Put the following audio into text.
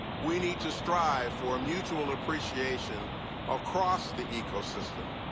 we need to strive for mutual appreciation across the ecosystem.